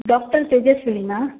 doctor ತೇಜಸ್ವಿನಿಯಾ